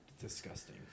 disgusting